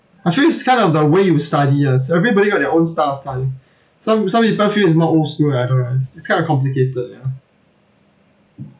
actually it's kind of the way you study yes everybody got their own style of study some some people feel is more old school right memorise it's kind of complicated ya